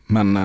Men